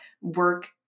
work